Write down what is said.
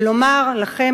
ולומר לכם,